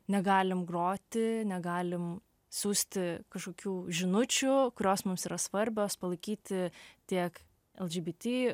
negalim groti negalim siųsti kažkokių žinučių kurios mums yra svarbios palaikyti tiek lgbt